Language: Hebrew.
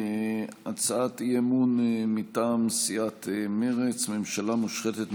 הצעת אי-אמון מטעם סיעת מרצ: ממשלה מושחתת,